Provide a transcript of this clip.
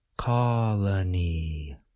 Colony